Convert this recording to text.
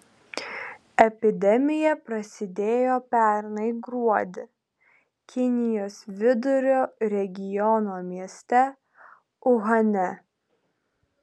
epidemija prasidėjo pernai gruodį kinijos vidurio regiono mieste uhane